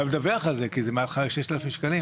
החלפן חייב לדווח על זה כי זה מעל 6,000 שקלים.